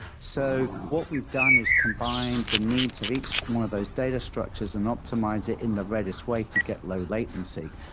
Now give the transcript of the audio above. so what we've done is combined the needs of each one of those data structures and optimize it in the redis way to get low latency.